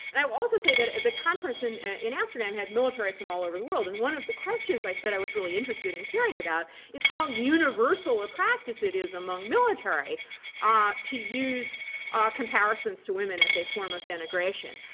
and i will also say that the conference in in amsterdam had military from all over the world. and one of the questions i said i was really interested in hearing about is how universal a practice it is among military ah to use comparisons to women as a form of denigration.